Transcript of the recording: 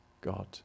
God